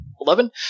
Eleven